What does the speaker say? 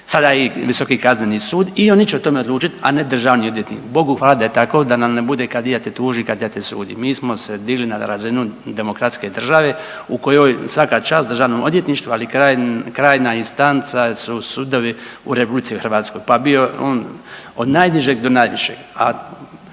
sada i Visoki kazneni sud i oni će o tome odlučiti, a ne državni odvjetnik. Bogu hvala da je tako da nam ne bude kadija te tuži, kadija te sudi. Mi smo se digli na razinu demokratske države u kojoj svaka čast Državnom odvjetništvu, ali kraj, krajnja instanca su sudovi u RH pa bio on od najnižeg do najvišeg.